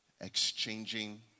exchanging